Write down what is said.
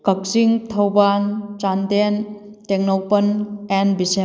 ꯀꯛꯆꯤꯡ ꯊꯧꯕꯥꯜ ꯆꯥꯟꯗꯦꯜ ꯇꯦꯡꯅꯧꯄꯜ ꯑꯦꯟ ꯕꯤꯁꯦꯝ